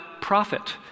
prophet